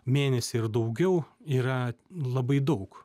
mėnesį ir daugiau yra labai daug